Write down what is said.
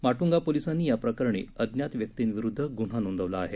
माटुंगा पोलिसांनी याप्रकरणी अज्ञात व्यक्तिंविरुद्ध गुन्हा नोंदवला आहे